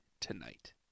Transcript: tonight